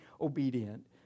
obedient